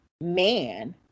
man